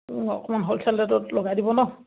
অকণমান হ'লচেল ৰেটত লগাই দিব ন